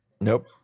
Nope